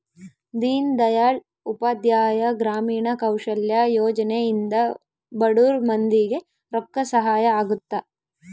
ದೀನ್ ದಯಾಳ್ ಉಪಾಧ್ಯಾಯ ಗ್ರಾಮೀಣ ಕೌಶಲ್ಯ ಯೋಜನೆ ಇಂದ ಬಡುರ್ ಮಂದಿ ಗೆ ರೊಕ್ಕ ಸಹಾಯ ಅಗುತ್ತ